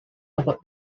about